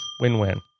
Win-win